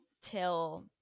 till